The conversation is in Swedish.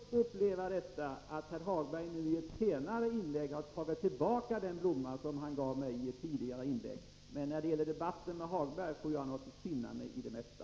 Herr talman! Så har kammaren också fått uppleva att herr Hagberg i ett senare inlägg har tagit tillbaka den blomma som han gav mig tidigare. När det gäller debatter med herr Hagberg får jag finna mig i det mesta.